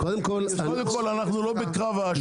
קודם כול, אנחנו לא בקרב האשמות.